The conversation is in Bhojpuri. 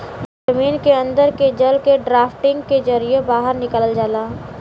जमीन के अन्दर के जल के ड्राफ्टिंग के जरिये बाहर निकाल जाला